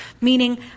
Meaning